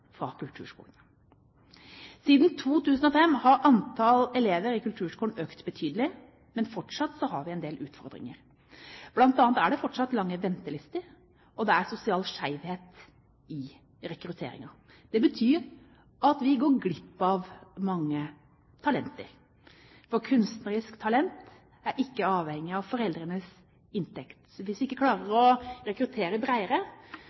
fra kulturskolen. Siden 2005 har antall elever i kulturskolene økt betydelig, men fortsatt har vi en del utfordringer. Blant annet er det fortsatt lange ventelister, og det er sosial skjevhet i rekrutteringen. Det betyr at vi går glipp av mange talenter, for kunstnerisk talent er ikke avhengig av foreldrenes inntekt. Hvis vi ikke klarer